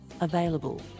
available